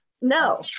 No